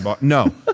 no